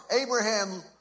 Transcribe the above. Abraham